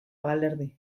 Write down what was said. balerdi